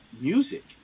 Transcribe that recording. music